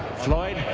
floyd,